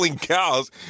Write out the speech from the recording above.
cows